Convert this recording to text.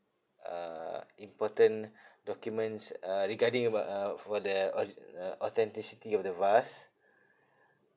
uh important documents uh regarding about uh for that origi~ uh authenticity of the vase